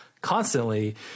constantly